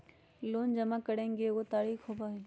Loan जमा करेंगे एगो तारीक होबहई?